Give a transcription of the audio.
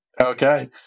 Okay